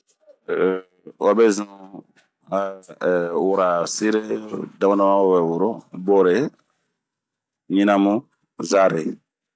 wabezun ehh a wara sire dama dama wa we woro, boreɲin, amu, zare,